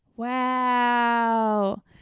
Wow